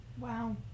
Wow